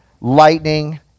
lightning